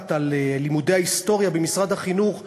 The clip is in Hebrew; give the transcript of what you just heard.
מהמפקחת על לימודי ההיסטוריה במשרד החינוך,